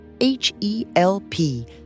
H-E-L-P